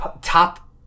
top